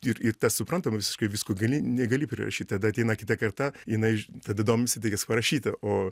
ir ir tas suprantama visiškai visko gali negali prirašyt tada ateina kita karta jinai tada domisi tai kas parašyta o